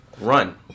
run